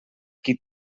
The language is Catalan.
qui